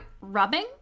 rubbing